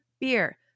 beer